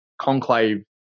conclave